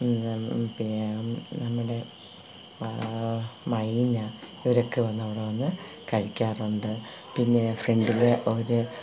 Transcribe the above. പിന്നെ നമ്മുടെ മൈന ഇവരൊക്കെ വന്നവിടെ വന്ന് കഴിക്കാറുണ്ട് പിന്നെ ഫ്രണ്ടില് ഒരു